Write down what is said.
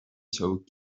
çabuk